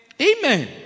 Amen